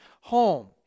home